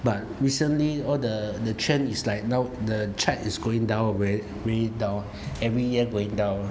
but recently all the the trend is like now the trend is going down going down every year going down